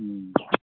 हूँ